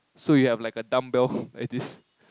so you have like a dumbbell at this